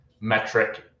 metric